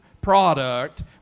product